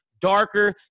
darker